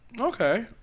Okay